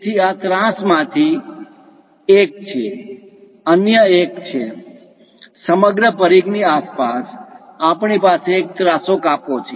તેથી આ ત્રાસમાંથી એક છે અન્ય એક છે સમગ્ર પરિઘ ની આસપાસ આપણી પાસે એક ત્રાસો કાપો છે